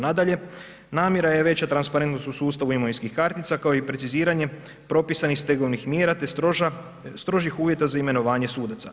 Nadalje, namjera je veća transparentnost u sustavu imovinskih kartica kao i preciziranje propisanih stegovnih mjera te strožih uvjeta za imenovanje sudaca.